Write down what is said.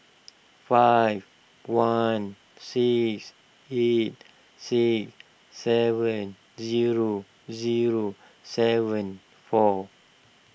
five one six eight six seven zero zero seven four